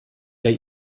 der